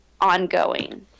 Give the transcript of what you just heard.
ongoing